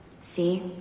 See